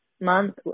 month